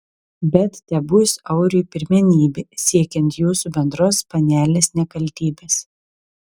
bet tebus auriui pirmenybė siekiant jūsų bendros panelės nekaltybės